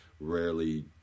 rarely